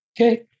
Okay